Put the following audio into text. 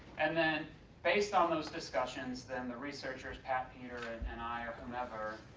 and then based on those discussions, then the researchers pat, peter and and i or whomever